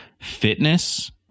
fitness